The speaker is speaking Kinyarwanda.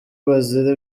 bazira